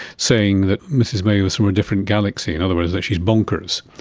saying that mrs may was from a different galaxy, in other words that she is bonkers.